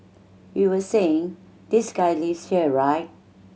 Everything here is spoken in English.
we were saying this guy lives here right